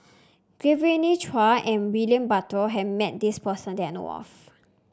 Genevieve Chua and William Butter has met this person that I know of